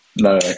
no